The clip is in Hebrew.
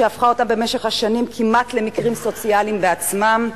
שהפכה אותם במשך השנים כמעט למקרים סוציאליים בעצמם,